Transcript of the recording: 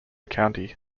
county